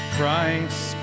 Christ